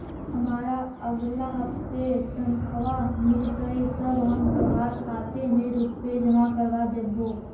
हमारा अगला हफ्ते तनख्वाह मिलतई तब हम तोहार खाते में रुपए जमा करवा देबो